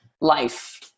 life